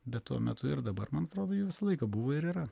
bet tuo metu ir dabar man atrodo jų visą laiką buvo ir yra